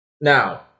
now